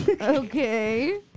okay